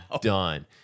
done